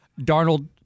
Darnold